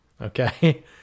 Okay